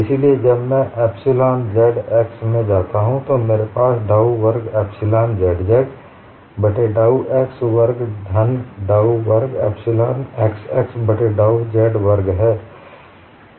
इसलिए जब मैं एप्सिलॉन zx में जाता हूं तो मेरे पास डाउ वर्ग एप्सिलॉन zz बट्टे डाउ x वर्ग धन डाउ वर्ग एप्सिलॉन xx बट्टे डाउ z वर्ग है